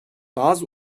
bazı